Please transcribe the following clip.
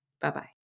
Bye-bye